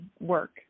work